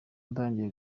natangiye